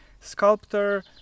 sculptor